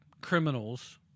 criminals